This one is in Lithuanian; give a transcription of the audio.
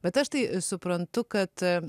bet aš tai suprantu kad